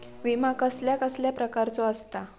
विमा कसल्या कसल्या प्रकारचो असता?